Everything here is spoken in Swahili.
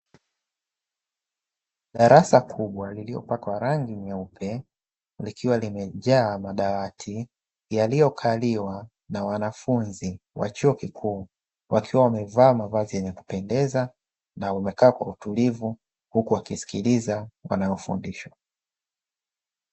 Darasa kubwa lililopakwa rangi nyeupe, likiwa limejaa madawati yaliyokaliwa na wanafunzi wa chuo kikuu, wakiwa wamevaa mavazi yenye kupendeza na wamekaa kwa utulivu huku wakisikiliza wanayofundishwa.